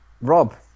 Rob